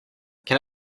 can